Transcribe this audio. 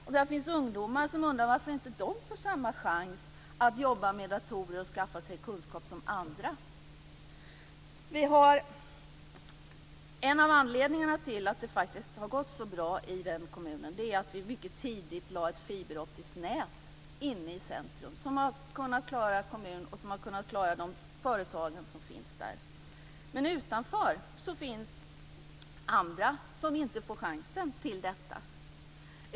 Och där finns ungdomar som undrar varför de inte får samma chans som andra att jobba med datorer och skaffa sig kunskap. En av anledningarna till att det har gått så bra i den kommunen är att vi mycket tidigt lade ned ett fiberoptiskt nät i centrum som har kunnat klara kommunen och de företag som finns där. Men utanför finns det andra som inte har fått chansen.